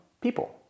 people